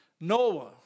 Noah